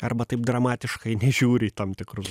arba taip dramatiškai nežiūri į tam tikrus